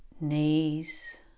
Knees